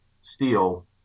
steel